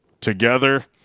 together